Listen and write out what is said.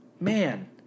Man